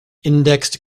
indexed